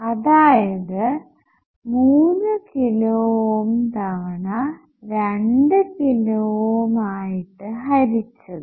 അതായത് 3 kilo ohm തവണ 2 kilo ohm ആയിട്ട് ഹരിച്ചത്